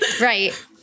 right